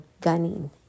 gunning